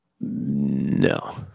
No